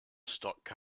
stock